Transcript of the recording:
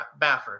Baffert